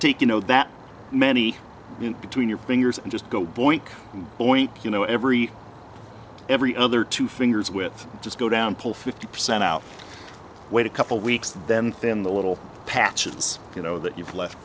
take you know that many in between your fingers just go boy and boy you know every every other two fingers with just go down pull fifty percent out wait a couple weeks and then then the little patches you know that you've left